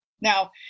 Now